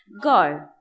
go